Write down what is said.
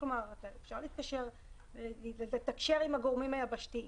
אפשר לתקשר עם הגורמים היבשתיים.